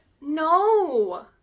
No